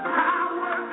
power